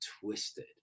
twisted